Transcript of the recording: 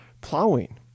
plowing